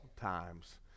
times